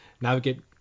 navigate